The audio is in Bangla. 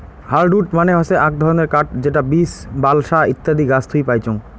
হার্ডউড মানে হসে আক ধরণের কাঠ যেটা বীচ, বালসা ইত্যাদি গাছ থুই পাইচুঙ